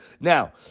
Now